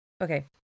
Okay